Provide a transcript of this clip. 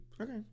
Okay